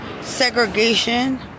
Segregation